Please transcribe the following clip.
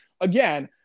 again